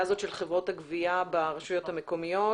של חברות הגבייה ברשויות המקומיות.